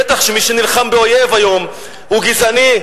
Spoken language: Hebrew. בטח שמי שנלחם באויב היום הוא גזעני.